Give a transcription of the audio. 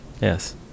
Yes